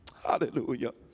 Hallelujah